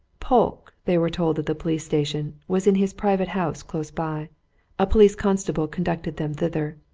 polke, they were told at the police-station, was in his private house close by a polite constable conducted them thither.